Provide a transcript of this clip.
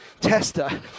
tester